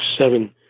seven